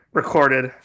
recorded